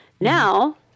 Now